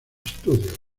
estudios